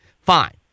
fine